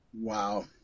wow